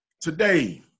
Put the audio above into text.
Today